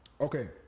Okay